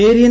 Aryan